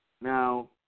Now